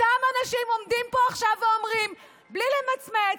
אותם אנשים עומדים פה עכשיו ואומרים, בלי למצמץ,